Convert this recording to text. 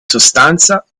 sostanza